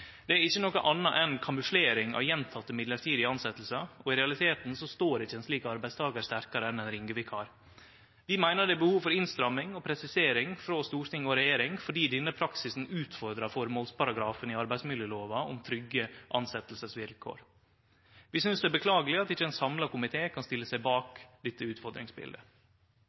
Det er ikkje noko anna enn kamuflering av gjentekne mellombelse tilsetjingar, og i realiteten står ikkje ein slik arbeidstakar sterkare enn ein ringevikar. Vi meiner det er behov for innstramming og presisering frå storting og regjering fordi denne praksisen utfordrar føremålsparagrafen i arbeidsmiljølova om trygge tilsetjingsvilkår. Vi synest det er beklageleg at ikkje ein samla komité kan stille seg bak dette